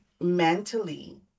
mentally